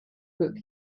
book